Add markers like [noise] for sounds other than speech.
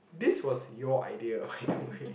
this was your idea [laughs] by the way